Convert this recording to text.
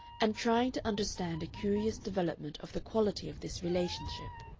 and trying to understand a curious development of the quality of this relationship.